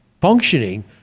functioning